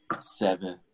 seven